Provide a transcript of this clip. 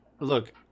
look